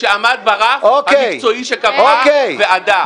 -- שעמד ברף המקצועי שקבעה ועדה.